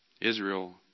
Israel